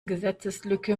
gesetzeslücke